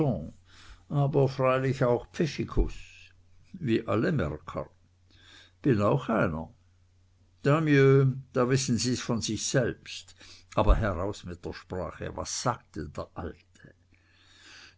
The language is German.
aber freilich auch pfiffikus wie alle märker bin auch einer tant mieux da wissen sie's von sich selbst aber heraus mit der sprache was sagte der alte